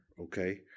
okay